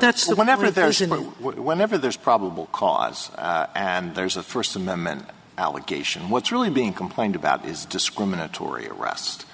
that whenever there's an whenever there's probable cause and there's a first amendment allegation what's really being complained about is discriminatory rast